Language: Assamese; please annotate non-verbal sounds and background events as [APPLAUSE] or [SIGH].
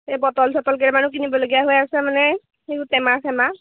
এই বটল চটল [UNINTELLIGIBLE] কিনিবলগীয়া হৈ আছে মানে সেইবােৰ টমা চেমা